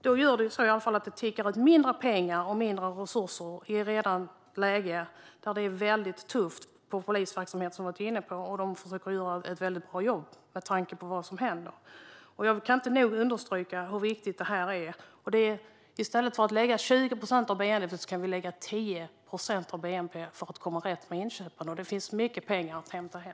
Då tror jag att det tickar på med mindre pengar och resurser i ett läge där det är mycket tufft i polisverksamheten, vilket vi har varit inne på. De försöker göra ett mycket bra jobb med tanke på vad som händer. Jag kan inte nog understryka hur viktigt detta är. I stället för att lägga 20 procent av bnp kan vi lägga 10 procent av bnp för att komma rätt med inköpen. Det finns mycket pengar att hämta hem.